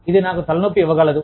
ఇది నాకు తలనొప్పి ఇవ్వగలదు